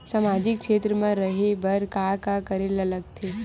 सामाजिक क्षेत्र मा रा हे बार का करे ला लग थे